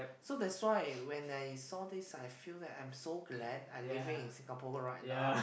so that's why when I saw this I feel that I am so glad I living in Singapore right now